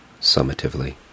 summatively